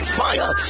fire